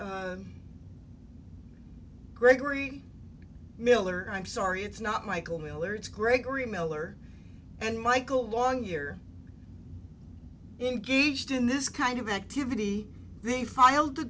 or gregory miller i'm sorry it's not michael miller it's gregory miller and michael long year engaged in this kind of activity they filed the